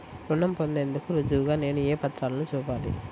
రుణం పొందేందుకు రుజువుగా నేను ఏ పత్రాలను చూపాలి?